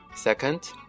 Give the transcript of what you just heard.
Second